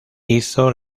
hizo